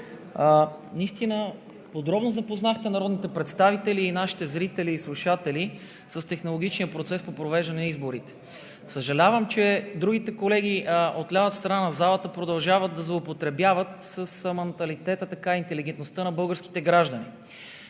наистина подробно запознахте народните представители и нашите зрители и слушатели с технологичния процес по провеждане на изборите. Съжалявам, че другите колеги – от лявата страна на залата, продължават да злоупотребяват с манталитета, с интелигентността на българските граждани